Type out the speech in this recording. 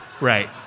Right